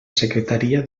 secretaria